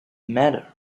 matter